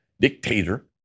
dictator